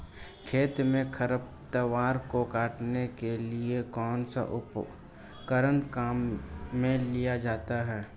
खेत में खरपतवार को काटने के लिए कौनसा उपकरण काम में लिया जाता है?